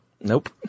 Nope